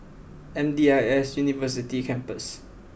M D I S University Campus